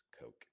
Coke